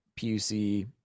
PUC